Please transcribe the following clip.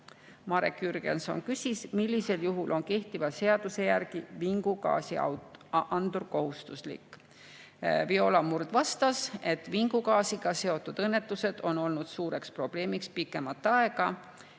Marek Jürgenson küsis, millisel juhul on kehtiva seaduse järgi vingugaasiandur kohustuslik. Viola Murd vastas, et vingugaasiga seotud õnnetused on olnud suur probleem pikemat aega